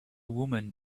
woman